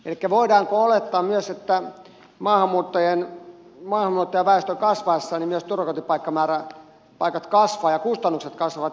elikkä voidaanko olettaa myös että maahanmuuttajaväestön kasvaessa myös turvakotipaikkojen määrä kasvaa ja kustannukset kasvavat